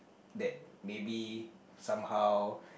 that maybe somehow